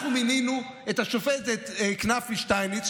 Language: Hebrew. אנחנו מינינו את השופטת כנפי שטייניץ,